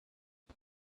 wir